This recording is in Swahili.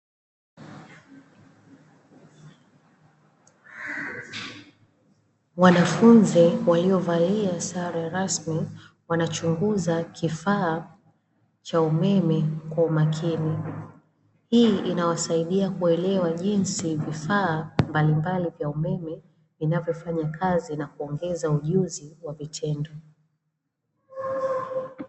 Wanafunzi waliovalia sare rasmi wanachunguza kifaa cha umeme kwa umakini, hii inawasaidia kuelewa jinsi vifaa mbalimbali vya umeme vinavyofanya kazi na kuongeza ujuzi wa vitendo.